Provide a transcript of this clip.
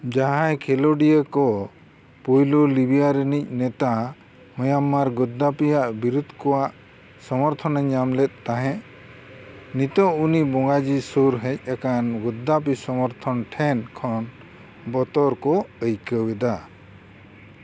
ᱡᱟᱦᱟᱸᱭ ᱠᱷᱮᱞᱳᱰᱤᱭᱟᱹ ᱠᱚ ᱯᱳᱭᱞᱳ ᱞᱤᱵᱤᱭᱟ ᱨᱤᱱᱤᱡ ᱱᱮᱛᱟ ᱭᱩᱢᱟᱢᱢᱟᱨ ᱜᱚᱫᱽᱫᱟᱯᱤᱭᱟᱜ ᱵᱤᱨᱩᱫᱷ ᱠᱚᱣᱟᱜ ᱥᱚᱢᱚᱨᱛᱷᱚᱱᱮ ᱧᱟᱢᱞᱮᱫ ᱛᱟᱦᱮᱸᱫ ᱱᱤᱛᱚᱜ ᱩᱱᱤ ᱵᱚᱸᱜᱟᱡᱤ ᱥᱩᱨ ᱦᱮᱡ ᱟᱠᱟᱱ ᱜᱚᱫᱽᱫᱟᱯᱤ ᱥᱚᱢᱚᱨᱛᱷᱚᱱ ᱴᱷᱮᱱᱠᱷᱚᱱ ᱵᱚᱛᱚᱨᱠᱚ ᱟᱹᱭᱠᱟᱹᱣ ᱮᱫᱟ